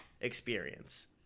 experience